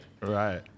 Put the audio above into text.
Right